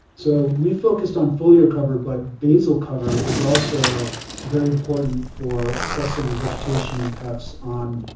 so we focused on foliar cover but basal cover is also very important for assessing vegetation impacts on,